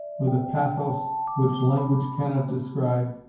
with a pathos which language cannot describe,